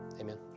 amen